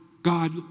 God